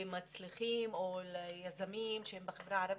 למצליחים או ליזמים שהם בחברה ערבית,